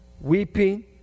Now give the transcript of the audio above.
weeping